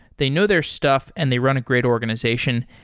they know their stuff and they run a great organization.